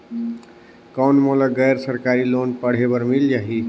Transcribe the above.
कौन मोला गैर सरकारी लोन पढ़े बर मिल जाहि?